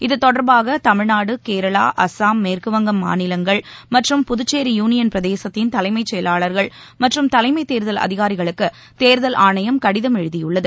இத்தொடர்பாக தமிழ்நாடு கேரளா அசாம் மேற்குவங்கம் மாநிலங்கள் மற்றும் புதுச்சேரி யூனியன் பிரதேசத்தின் தலைமைச் செயலாளர்கள் மற்றும் தலைமை தேர்தல் அதிகாரிகளுக்கு தேர்தல் ஆணையம் கடிதம் எழுதியுள்ளது